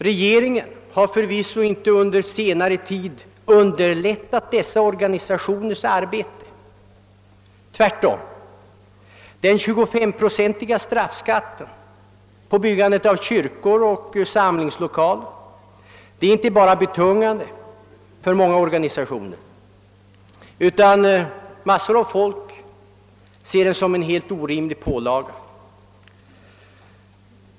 Regeringen har förvisso inte under senare år underlättat dessa organisationers arbete — tvärtom. Den 25-pro centiga straffskatten på byggandet av kyrkor och samlingslokaler är inte bara betungande, massor av människor ser den dessutom som en helt orimlig på laga.